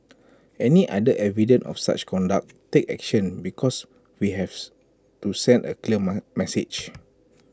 any other evidence of such conduct take action because we have to send A clear message